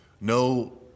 No